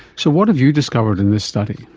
so what have you discovered in this study?